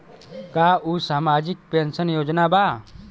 का उ सामाजिक पेंशन योजना बा?